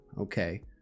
okay